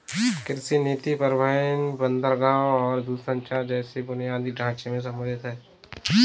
कृषि नीति परिवहन, बंदरगाहों और दूरसंचार जैसे बुनियादी ढांचे से संबंधित है